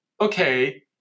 okay